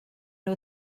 nhw